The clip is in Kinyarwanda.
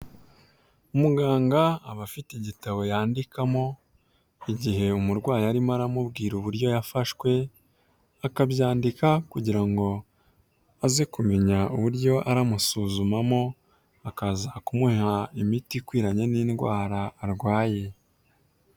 Muganga aba afite igitabo yandikamo igihe umurwayi arimo aramubwira uburyo yafashwe, akabyandika kugira ngo aze kumenya uburyo aramusuzumamo, akaza kumuha imiti ikwiranye n'indwara arwaye.